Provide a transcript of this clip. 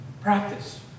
practice